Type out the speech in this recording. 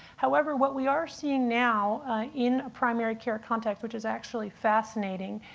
however, what we are seeing now in a primary care context, which is actually fascinating,